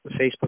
Facebook